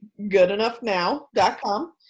Goodenoughnow.com